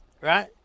Right